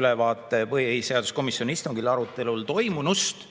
ülevaate põhiseaduskomisjoni istungi arutelul toimunust.